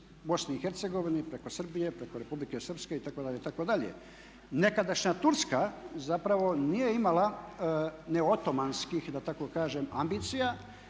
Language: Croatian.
Bosni i Hercegovini, preko Srbije, preko Republike Srpske itd., itd.. Nekadašnja Turska zapravo nije imala ni otomanskih da